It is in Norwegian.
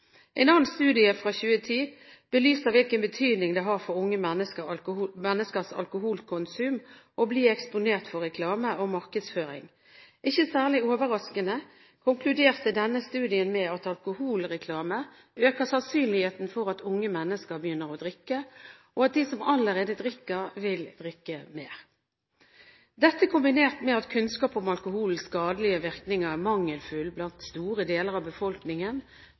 En annen studie fra 2010 belyser hvilken betydning det har for unge menneskers alkoholkonsum å bli eksponert for reklame og markedsføring. Ikke særlig overraskende konkluderte denne studien med at alkoholreklame øker sannsynligheten for at unge mennesker begynner å drikke, og at de som allerede drikker, vil drikke mer. Dette, kombinert med at kunnskap om alkoholens skadelige virkninger er mangelfull i store deler av befolkningen,